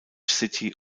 city